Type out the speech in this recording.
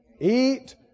Eat